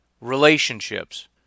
relationships